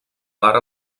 part